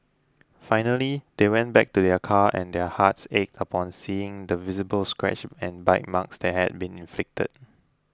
finally they went back to their car and their hearts ached upon seeing the visible scratches and bite marks that had been inflicted